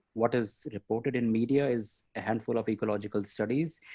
what is reported in media is a handful of ecological studies,